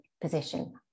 position